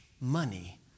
money